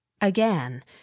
Again